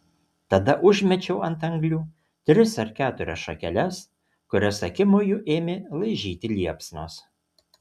tada užmečiau ant anglių tris ar keturias šakeles kurias akimoju ėmė laižyti liepsnos